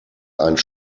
einen